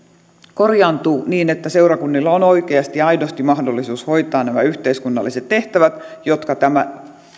korjaantuu niin että seurakunnilla on oikeasti ja aidosti mahdollisuus hoitaa nämä yhteiskunnalliset tehtävät jotka tämä